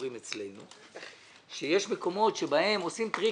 אומרים אצלנו, שיש מקומות שבהם עושים טריקים,